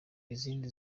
izindi